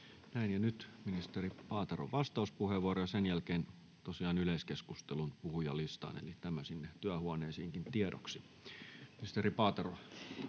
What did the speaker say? nyt ministeri Paateron vastauspuheenvuoro, ja sen jälkeen tosiaan yleiskeskustelun puhujalistaan — tämä sinne työhuoneisiinkin tiedoksi. — Ministeri Paatero,